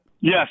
Yes